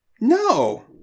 no